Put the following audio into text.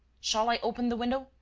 shall i open the window?